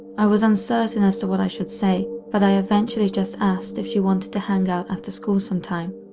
i was uncertain as to what i should say, but i eventually just asked if she wanted to hang out after school sometime.